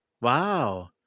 wow